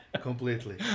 Completely